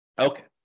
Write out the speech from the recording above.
Okay